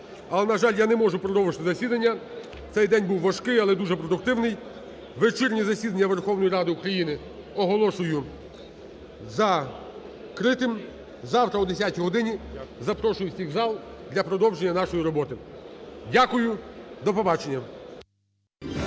Але, на жаль, я не можу продовжити засідання. Цей день був важкий, але дуже продуктивний. Вечірнє засідання Верховної Ради України оголошую закритим. Завтра о 10-й годині запрошую всіх у зал для продовження нашої роботи. Дякую. До побачення.